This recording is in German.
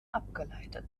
abgeleitet